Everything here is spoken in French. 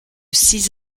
six